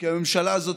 כי הממשלה הזאת,